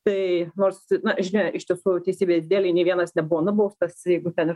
tai nors žinia iš tiesų teisybės dėlei nei vienas nebuvo nubaustas jeigu ten ir